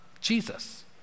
Jesus